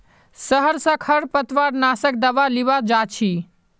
शहर स खरपतवार नाशक दावा लीबा जा छि